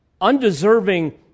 undeserving